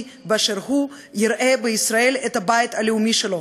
באשר הוא יראה בישראל את הבית הלאומי שלו,